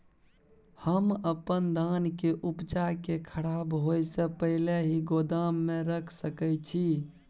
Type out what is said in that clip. हम अपन धान के उपजा के खराब होय से पहिले ही गोदाम में रख सके छी?